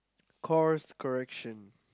cost correction